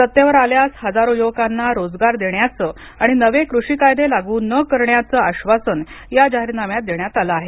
सत्तेवर आल्यास हजारो युवकांना रोजगार देण्याचं आणि नवे कृषी कायदे लागू न करण्याचं आश्वासन या जाहीरनाम्यात देण्यात आलं आहे